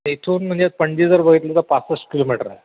तिथून म्हणजे पणजी जर बघितली तर पासष्ट किलोमीटर आहे